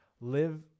Live